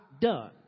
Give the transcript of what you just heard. done